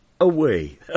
away